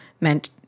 meant